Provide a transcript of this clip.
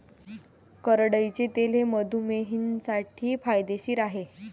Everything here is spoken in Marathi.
करडईचे तेल मधुमेहींसाठी फायदेशीर आहे